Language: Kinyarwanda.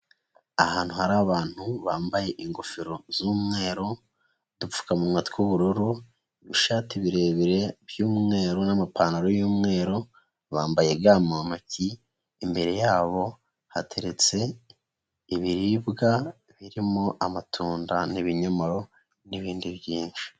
Ahantu hari abantu bambaye ingofero z'umweru, udupfukamunwa tw'ubururu, ibishati birebire by'umweru n'amapantaro y'umweru, bambaye ga mu ntoki, imbere yabo hateretse ibiribwa birimo amatunda n'ibinyomoro n'ibindi byinshi.